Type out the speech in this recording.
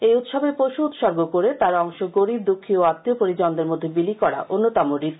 এই উৎসবে পশু উৎসর্গ করে তার অংশ গরিব দুঃখী আল্পীয় পরিজনদের মধ্যে বিলি করা অন্যতম রীতি